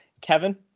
Kevin